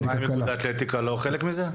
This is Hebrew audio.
האתלטיקה לא חלק מזה?